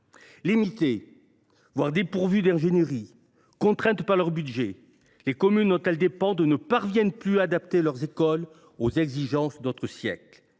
Limitées, voire dépourvues d’ingénierie, contraintes par leurs budgets, les communes dont elles dépendent ne parviennent plus à adapter leurs écoles aux exigences de notre siècle.